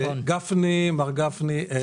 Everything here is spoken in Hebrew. גפני כיושב-ראש,